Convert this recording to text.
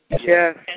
Yes